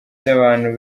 by’abantu